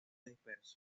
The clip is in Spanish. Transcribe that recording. disperso